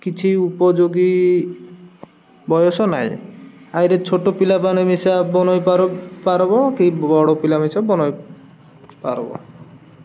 କିଛି ଉପଯୋଗୀ ବୟସ ନାହିଁ ଆଇରେ ଛୋଟ ପିଲାମାନେ ମିଶା ବନେଇ ପାର ପାରବ କି ବଡ଼ ପିଲା ମିଶା ବନାଇ ପାରବ